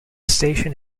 station